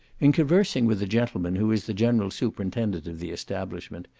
in conversing with the gentleman who is the general superintendant of the establishment,